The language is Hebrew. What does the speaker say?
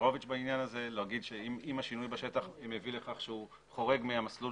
מונדרוביץ להגיד שאם השינוי בשטח מביא לכך שהוא חורג מהמסלול